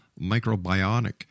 microbiotic